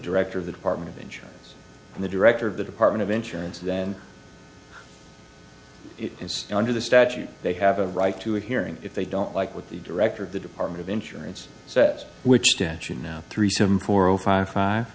director of the department of insurance and the director of the department of insurance then it is under the statute they have a right to a hearing if they don't like with the director of the department of insurance sets which tension now three some four zero five five